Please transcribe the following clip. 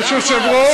יש יושב-ראש.